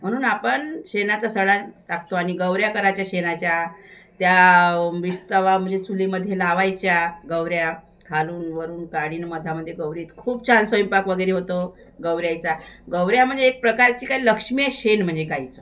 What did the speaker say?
म्हणून आपण शेणाचा सडा टाकतो आणि गोवऱ्या करायच्या शेणाच्या त्या विस्तवा म्हणजे चुलीमध्ये लावायच्या गोवऱ्या खालून वरून काढून मध्यामध्ये गोवरीत खूप छान स्वयंपाक वगैरे होतो गोवऱ्याचा गोवऱ्या म्हणजे एक प्रकारची काळी लक्ष्मी आहे शेण म्हणजे गाईचं